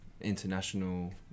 international